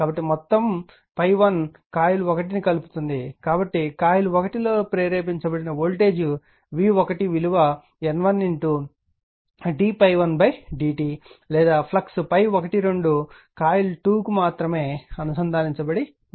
కాబట్టి మొత్తం ∅1 కాయిల్ 1 ను కలుపుతుంది కాబట్టి కాయిల్ 1 లో ప్రేరేపించబడిన వోల్టేజ్ v1 విలువ N1 d∅1dt లేదా ఫ్లక్స్ ∅12 కాయిల్2 కుమాత్రమే అనుసంధానించబడి ఉంటుంది